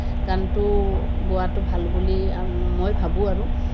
গানটো গোৱাটো ভাল বুলি মই ভাবোঁ আৰু